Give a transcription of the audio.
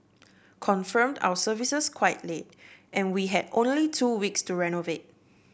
confirmed our services quite late and we had only two weeks to renovate